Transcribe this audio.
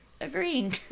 agreeing